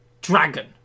dragon